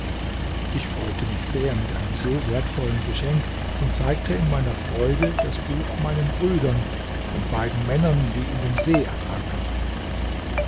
ich freute mich sehr mit einem so wertvollen geschenk und zeigte in meiner freude das buch meinen brüdern den beiden männern die in dem see ertranken